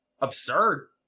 absurd